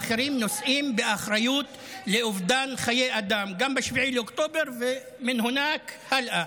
האחרים נושאים באחריות לאובדן חיי אדם גם ב-7 באוקטובר ומשם הלאה,